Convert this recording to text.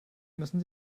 müssen